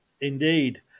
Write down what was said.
Indeed